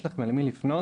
יש להם למי לפנות.